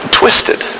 twisted